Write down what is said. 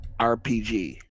RPG